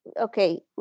Okay